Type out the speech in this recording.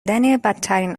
بدترین